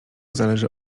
zależy